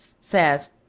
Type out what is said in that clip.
says,